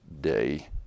day